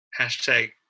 Hashtag